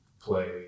play